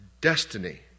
destiny